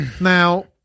Now